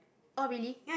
oh really